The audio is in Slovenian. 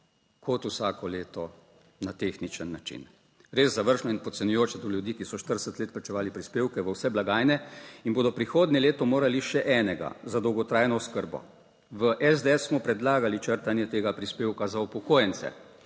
kot vsako leto na tehničen način. Res zavržno in podcenjujoče do ljudi, ki so 40 let plačevali prispevke v vse blagajne in bodo prihodnje leto morali še enega za dolgotrajno oskrbo. V SDS smo predlagali črtanje tega prispevka za upokojence,